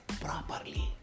properly